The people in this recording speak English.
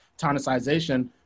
tonicization